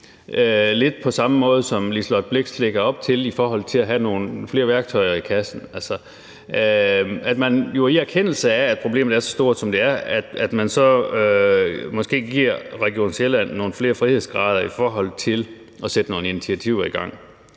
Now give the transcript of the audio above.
lidt på samme måde, som Liselott Blixt lægger op til i forhold til at have nogle flere værktøjer i kassen, altså at man i erkendelse af, at problemet er så stort, som det er, så måske giver Region Sjælland nogle flere frihedsgrader i forhold til at sætte nogle initiativer i gang